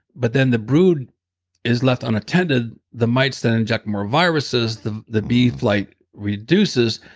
but then the brood is left unattended. the mites then inject more viruses, the the bee flight reduces,